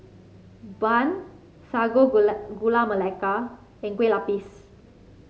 bun sago gula Gula Melaka and Kue Lupis